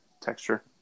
texture